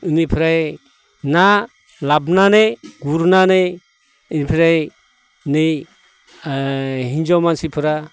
इनिफ्राय ना लाबनानै गुरनानै इनिफ्राय नै ओइ हिनजाव मानसिफोरा